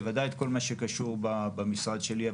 בוודאי את כל מה שקשור במשרד שלי.